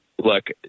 Look